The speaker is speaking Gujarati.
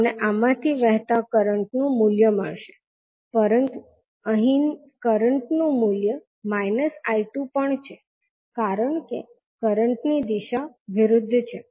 તમને આમાંથી વહેતા કરંટ નું મૂલ્ય મળશે પરંતુ અહીં કરંટ નું મૂલ્ય −𝐈2 પણ છે કારણ કે કરંટની દિશા વિરુદ્ધ છે